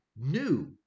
new